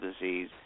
disease